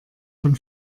von